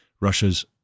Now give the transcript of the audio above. Russia's